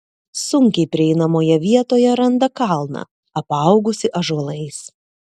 sunkiai prieinamoje vietoje randa kalną apaugusį ąžuolais